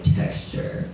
texture